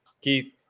Keith